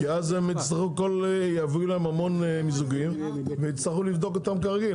כי אז הם יצטרכו כל יביאו להם המון מיזוגים ויצטרכו לבדוק אותם כרגיל,